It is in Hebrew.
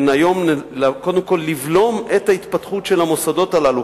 קודם כול לבלום את ההתפתחות של המוסדות הללו,